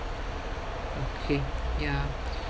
okay ya